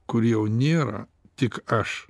kur jau nėra tik aš